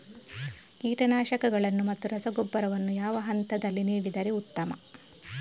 ಕೀಟನಾಶಕಗಳನ್ನು ಮತ್ತು ರಸಗೊಬ್ಬರವನ್ನು ಯಾವ ಹಂತದಲ್ಲಿ ನೀಡಿದರೆ ಉತ್ತಮ?